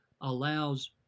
allows